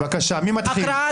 בבקשה, מי מתחיל?